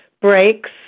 breaks